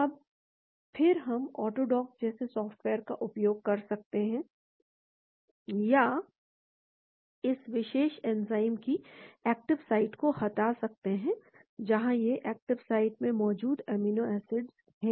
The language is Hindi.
अब फिर हम ऑटो डॉक जैसे सॉफ़्टवेयर का उपयोग कर सकते हैं या इस विशेष एंजाइम की एक्टिव साइट को हटा सकते हैं जहां ये एक्टिव साइट में मौजूद अमीनो एसिड हैं